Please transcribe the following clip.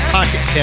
Pocket